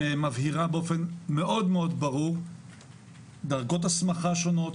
מבהירה באופן מאוד ברור דרגות הסמכה שונות,